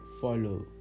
follow